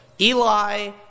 Eli